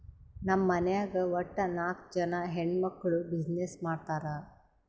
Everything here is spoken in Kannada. ನಮ್ ಮನ್ಯಾಗ್ ವಟ್ಟ ನಾಕ್ ಜನಾ ಹೆಣ್ಮಕ್ಕುಳ್ ಬಿಸಿನ್ನೆಸ್ ಮಾಡ್ತಾರ್